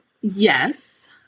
Yes